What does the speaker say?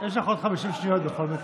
יש לך עוד 50 שניות, בכל מקרה.